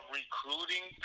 recruiting